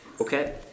Okay